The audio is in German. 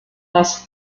das